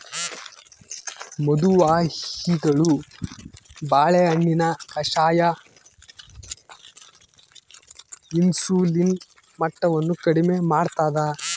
ಮದು ಮೇಹಿಗಳು ಬಾಳೆಹಣ್ಣಿನ ಕಷಾಯ ಇನ್ಸುಲಿನ್ ಮಟ್ಟವನ್ನು ಕಡಿಮೆ ಮಾಡ್ತಾದ